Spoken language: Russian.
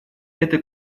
это